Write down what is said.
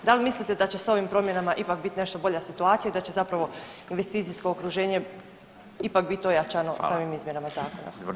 Da li mislite da će s ovim promjenama ipak biti nešto bolja situacija i da će zapravo investicijsko okruženje ipak biti ojačano [[Upadica: Hvala.]] s ovim izmjenama zakona?